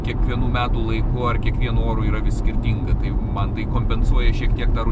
kiekvienų metų laiku ar kiekvienu oru yra vis skirtinga tai man tai kompensuoja šiek tiek tą